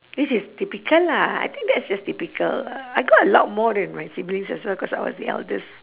this is typical lah I think that's just typical I got a lot more than my siblings as well cause I was the eldest